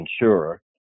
insurer